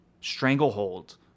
stranglehold